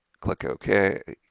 click ok,